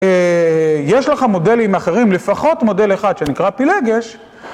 יש לך מודלים אחרים, לפחות מודל אחד שנקרא פילגש.